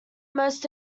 most